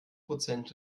prozent